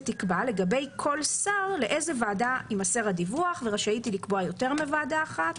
לגבי כל שר לאיזו ועדה יימסר הדיווח ורשאית היא לקבוע יותר מוועדה אחת.